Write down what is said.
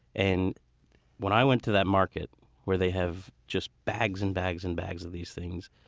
and when i went to that market where they have just bags and bags and bags of these things,